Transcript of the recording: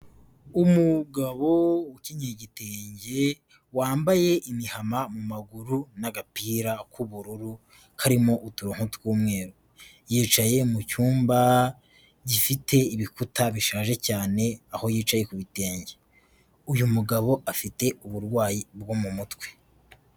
Umugabo ukenyeye igitenge, wambaye imihama mu maguru n'agapira k'ubururu karimo uturonko tw'umweru. Yicaye mu cyumba gifite ibikuta bishaje cyane, aho yicaye ku bitenge. Uyu mugabo, afite uburwayi bwo mu mutwe.